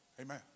Amen